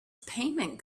payment